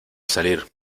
salir